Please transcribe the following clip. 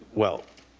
well,